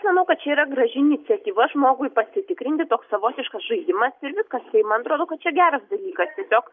aš manau kad tai yra graži iniciatyva žmogui pasitikrinti toks savotiškas žaidimas ir viskas tai man atrodo kad čia geras dalykas tiesiog